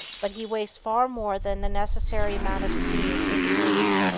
but he wastes far more than the necessary amount of steam in doing it.